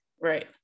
right